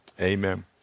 amen